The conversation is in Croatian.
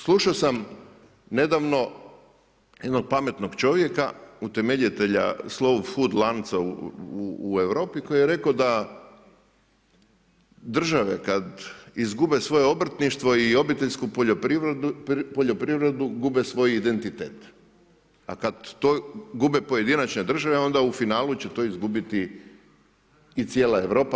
Slušao sam nedavno jednog pametnog čovjeka, utemeljitelja slow food lanca u Europi koji je rekao da države kad izgube svoje obrtništvo i obiteljsku poljoprivredu gube svoj identitet, a kad to gube pojedinačne države onda u finalu će to izgubiti i cijela Europa.